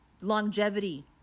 longevity